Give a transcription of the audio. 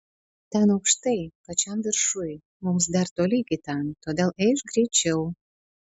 ten aukštai pačiam viršuj mums dar toli iki ten todėl eikš greičiau